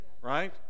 Right